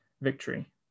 victory